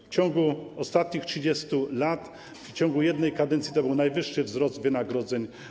W ostatnich 30 latach w ciągu jednej kadencji to był najwyższy wzrost wynagrodzeń.